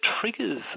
triggers